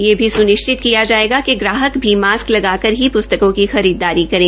यह भी सुनिश्चित किया जायेगा कि ग्राहक भी मास्क लगा कर ही पुस्तकों की खरीददारी करें